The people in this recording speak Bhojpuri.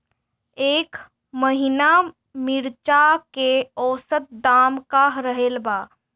एह महीना मिर्चा के औसत दाम का रहल बा?